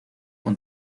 con